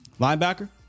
Linebacker